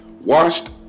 Washed